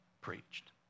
preached